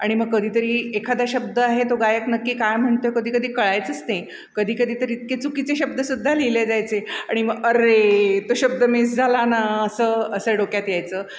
आणि मग कधी तरी एखादा शब्द आहे तो गायक नक्की काय म्हणतो आहे कधी कधी कळायचंच नाही कधी कधी तर इतके चुकीचे शब्द सुद्धा लिहिले जायचे आणि मग अरे तो शब्द मिस झाला ना असं असं डोक्यात यायचं